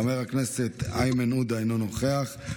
חבר הכנסת מיקי לוי מוותר,